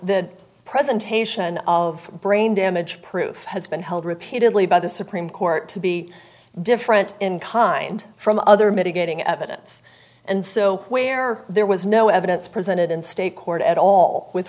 that presentation of brain damage proof has been held repeatedly by the supreme court to be different in kind from other mitigating evidence and so where there was no evidence presented in state court at all with